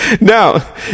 Now